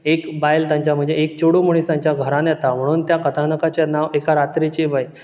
एक बायल तांच्या मदीं एक चेडूं मनीस तांच्या घरांत येता म्हणून त्या कथानकाचें नांव एका रात्रिची बाई